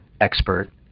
expert